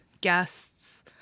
guests